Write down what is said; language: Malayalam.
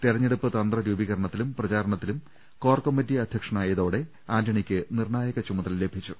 തെരഞ്ഞെടുപ്പ് തന്ത്ര രൂപീക രണത്തിലും പ്രചാരണത്തിലും കോർകമ്മിറ്റി അധ്യക്ഷനായ തോടെ ആന്റണിക്ക് നിർണായക ചുമതല ലഭിച്ചു